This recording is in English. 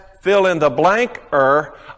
fill-in-the-blanker